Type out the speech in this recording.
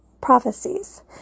prophecies